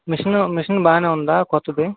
machine machine బాగానే ఉందా కొత్తది